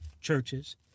churches